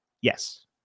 Yes